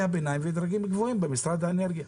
הביניים ובדרגים הגבוהים במשרד האנרגיה,